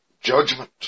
judgment